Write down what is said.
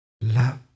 love